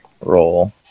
roll